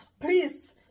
Please